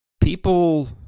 people